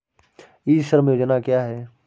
ई श्रम योजना क्या है?